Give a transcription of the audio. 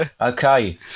Okay